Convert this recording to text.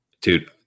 Dude